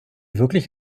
wirklich